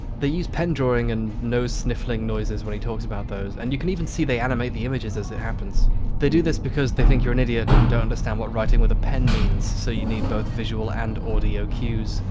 they use pen drawing and nose sniffling noises when he talks about those and you can even see they animate the images as it happens they do this because they think you're an idiot and don't understand what writing with a pen means, so you need both visual and audio cues.